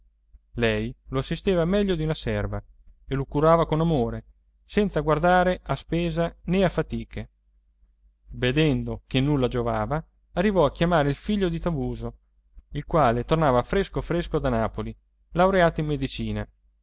lei lo assisteva meglio di una serva e lo curava con amore senza guardare a spesa né a fatiche vedendo che nulla giovava arrivò a chiamare il figlio di tavuso il quale tornava fresco fresco da napoli laureato in medicina